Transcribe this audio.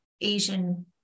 Asian